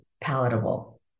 palatable